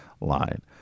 line